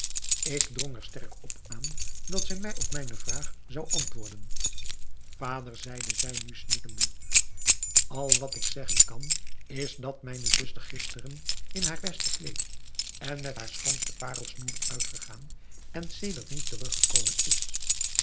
ik drong er sterk op aan dat zij mij op mijne vraag zou antwoorden vader zeide zij nu snikkende al wat ik zeggen kan is dat mijne zuster gisteren in haar beste kleed en met haar schoonste parelsnoer uitgegaan en sedert niet teruggekomen is